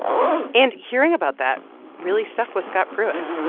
and hearing about that really stuck with scott pruitt,